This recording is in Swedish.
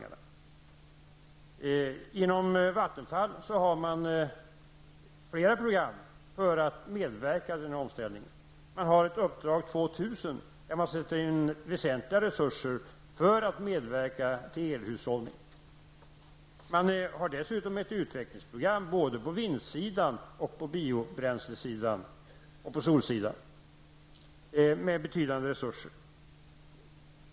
Man har inom Vattenfall genomfört flera program för att medverka till denna omställning. Det finns ett program som kallas Uppdrag 2 000 där man sätter in väsentliga resurser för att medverka till elhushållning. Det finns dessutom ett utvecklingsprogram satsas på betydande resurser, där vindkraft, biobränslen och solenergi.